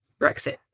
Brexit